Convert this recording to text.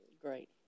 Great